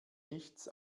nichts